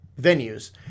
venues